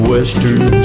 Western